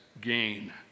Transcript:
gain